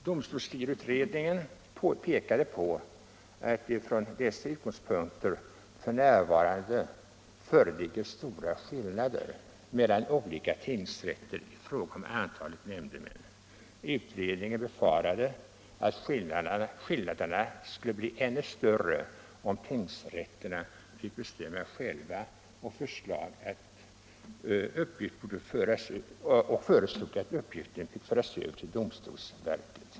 Domstolsstyrelseutredningen pekade på att det från dessa utgångspunkter f.n. föreligger stora skillnader mellan olika tingsrätter i fråga om antalet nämndemän. Utredningen befarade att skillnaderna skulle bli ännu större om tingsrätterna fick bestämma själva och föreslog att uppgiften skulle föras över till domstolsverket.